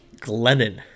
Glennon